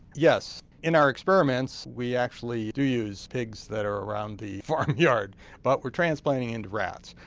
yes in our experiments we actually do use pigs that are around the farm yard but we're transplanting into rats.